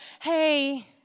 hey